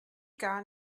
gar